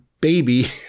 baby